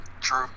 True